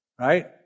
Right